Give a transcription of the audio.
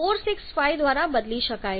465 દ્વારા બદલી શકાય છે